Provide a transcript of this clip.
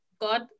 God